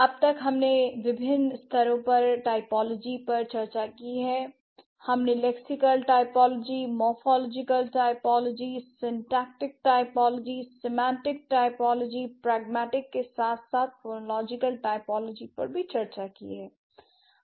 अब तक हमने विभिन्न स्तरों पर टाइपोलॉजी पर चर्चा की है हमने lexical typology morphological typology syntactic semantic pragmatic के साथ साथ फोनलॉजिकल टाइपोलॉजी पर भी चर्चा की है